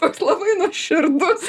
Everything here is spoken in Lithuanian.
toks labai nuoširdus